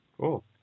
Cool